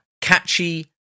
catchy